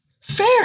Fair